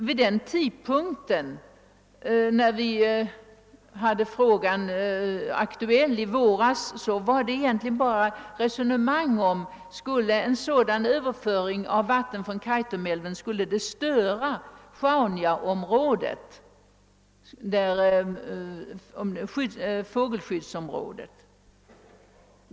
Vid den tidpunkten — när vi hade frågan aktuell i våras — var det egentligen bara resonemang om huruvida en sådan överföring av vatten från Kaitumälven skulle störa Sjaunjaområdet, dvs. fågelskyddsområdet.